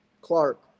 Clark